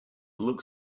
look